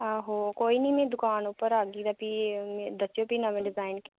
आहो कोई नी में दुकान उप्पर औगी ते फ्ही दस्सेओ नमें डिजाइन